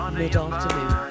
mid-afternoon